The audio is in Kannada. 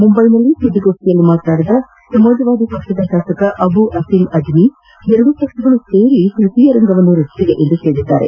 ಮುಂಬೈನಲ್ಲಿ ಸುದ್ದಿಗೋಪ್ಠಿಯಲ್ಲಿ ಮಾತನಾಡಿದ ಸಮಾಜವಾದಿ ಪಕ್ಷದ ಶಾಸಕ ಅಬು ಅಸೀಮ್ ಅಜ್ಜಿ ಎರಡೂ ಪಕ್ಷಗಳು ಸೇರಿ ತೃತೀಯರಂಗ ರಚಿಸಿವೆ ಎಂದು ಹೇಳಿದ್ದಾರೆ